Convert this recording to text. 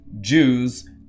Jews